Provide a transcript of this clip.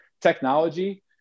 technology